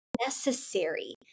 necessary